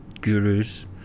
gurus